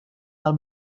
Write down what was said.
del